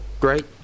great